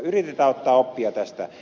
yritetään ottaa oppia tästä